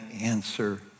answer